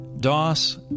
Doss